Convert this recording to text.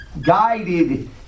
guided